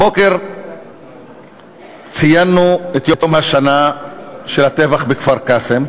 הבוקר ציינו את יום השנה לטבח בכפר-קאסם.